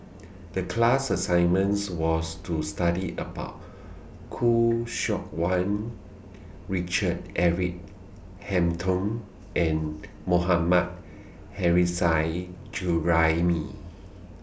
The class assignments was to study about Khoo Seok Wan Richard Eric Holttum and Mohammad hurry Side Juraimi